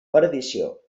perdició